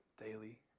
daily